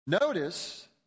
Notice